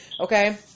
Okay